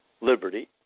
liberty